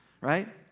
right